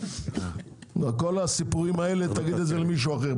כל הסיפורים האלה תגיד למישהו אחר.